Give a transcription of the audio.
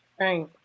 Right